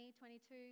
22